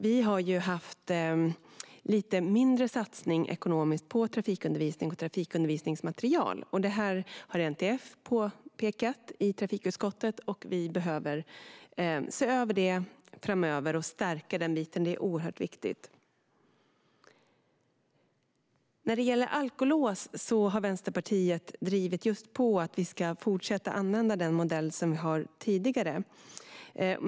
Vi har haft en lite mindre ekonomisk satsning på trafikundervisning och trafikundervisningsmaterial. Detta har NTF påpekat i trafikutskottet. Vi behöver se över och stärka detta framöver - det är oerhört viktigt. När det gäller alkolås har Vänsterpartiet drivit på för att vi ska fortsätta använda den modell vi har sedan tidigare.